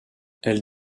elle